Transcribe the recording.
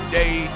day